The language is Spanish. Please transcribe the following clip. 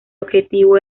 objetivo